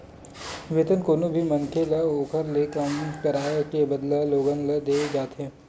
वेतन कोनो भी मनखे ल ओखर ले काम कराए के बदला लोगन ल देय जाथे